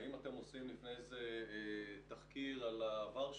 האם אתם עושים לפני זה תחקיר על העבר שלו?